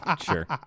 Sure